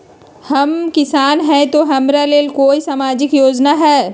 हम किसान हई तो हमरा ले कोन सा सामाजिक योजना है?